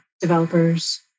developers